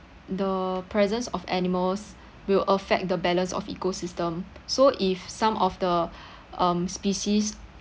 the presence of animals will affect the balance of ecosystem so if some of the um species